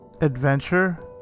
Adventure